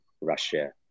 Russia